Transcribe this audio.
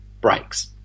breaks